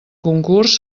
concurs